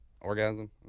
orgasm